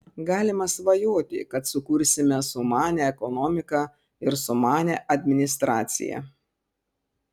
galima svajoti kad sukursime sumanią ekonomiką ir sumanią administraciją